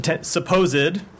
supposed